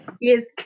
Yes